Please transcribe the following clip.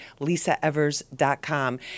LisaEvers.com